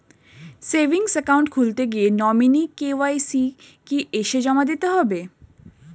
Savings account খুলতে গিয়ে nominee KYC কি এসে জমা দিতে হবে?